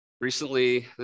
recently